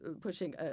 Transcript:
pushing